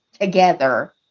together